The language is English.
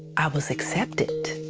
i was accepted.